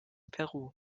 peru